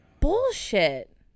bullshit